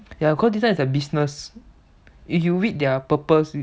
ya cause this one is a business if you read their purpose